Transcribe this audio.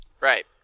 Right